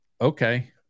Okay